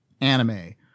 anime